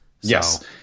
Yes